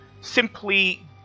simply